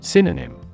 Synonym